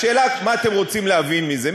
השאלה מה אתם רוצים להבין מזה,